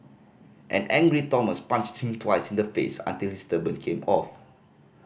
an angry Thomas punched him twice in the face until his turban came off